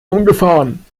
umgefahren